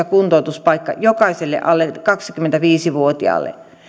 kuntoutuspaikka jokaiselle alle kaksikymmentäviisi vuotiaalle